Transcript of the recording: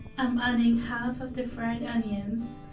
i'm adding half of the fried onions